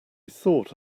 thought